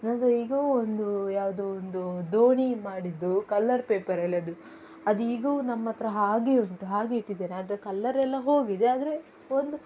ನನ್ನ ಹತ್ರ ಈಗವೂ ಒಂದು ಯಾವುದೋ ಒಂದು ದೋಣಿ ಮಾಡಿದ್ದು ಕಲರ್ ಪೇಪರಲ್ಲಿ ಅದು ಅದು ಈಗ ನಮ್ಮ ಹತ್ರ ಹಾಗೆಯೇ ಉಂಟು ಹಾಗೆಯೇ ಇಟ್ಟಿದ್ದೇನೆ ಅದರ ಕಲ್ಲರೆಲ್ಲ ಹೋಗಿದೆ ಆದರೆ ಒಂದು